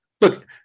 Look